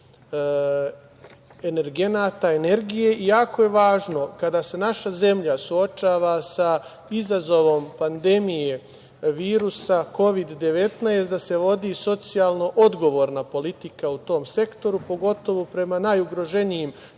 energenata, energije, i jako je važno kada se naša zemlja suočava sa izazovom pandemije virusa Kovid-19 da se vodi socijalno odgovorna politika u tom sektoru, pogotovo prema najugroženijim